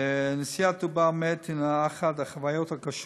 נשיאת עובר מת הנה אחת החוויות הקשות